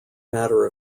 matter